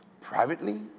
privately